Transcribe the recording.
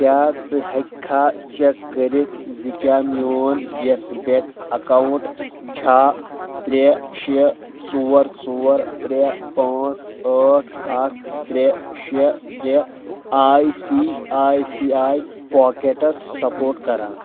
کیاہ ژٕ ہیٚکھا چٮ۪ک کٔرِتھ زِ کیاہ میون یس بینٚک اکاونٹ چھا ترٛےٚ شےٚ ژور ژور ترٛےٚ پانژھ ٲٹھ اکھ ترٛےٚ شےٚ ترٛےٚ I C I C I Pockets support کَران